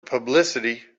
publicity